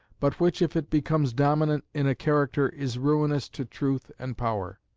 but which if it becomes dominant in a character is ruinous to truth and power.